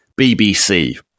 BBC